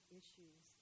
issues